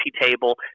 table